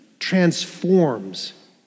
transforms